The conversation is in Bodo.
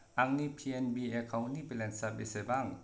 आंनि पि एन बि एकाउन्टनि बेलेन्सा बेसेबां